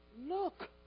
look